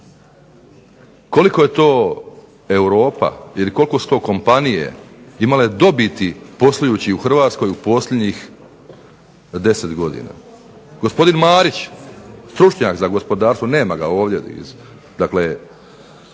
Koliko je to Europa ili koliko su to kompanije imale dobiti poslujući u Hrvatskoj posljednjih 10 godina. Gospodin Marić stručnjak za gospodarstvo, nema ga ovdje,